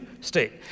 state